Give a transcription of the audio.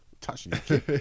touching